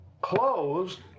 closed